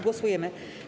Głosujemy.